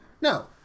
No